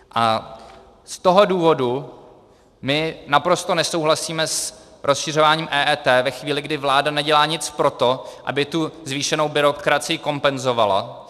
Z toho důvodu my naprosto nesouhlasíme s rozšiřováním EET ve chvíli, kdy vláda nedělá nic pro to, aby tu zvýšenou byrokracii kompenzovala.